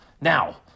Now